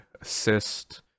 assist